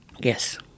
Yes